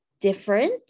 different